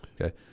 Okay